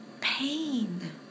pain